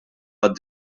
għad